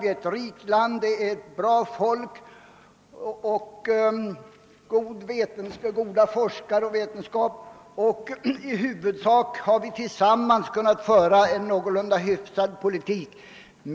Vi har ett rikt land med bra folk, vi har goda forskare och vetenskapsmän och vi har — i huvudsak i samverkan — kunnat föra en hyfsad politik.